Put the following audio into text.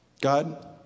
God